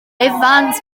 evans